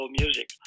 music